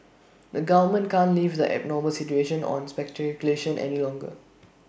the government can't leave the abnormal situation of speculation any longer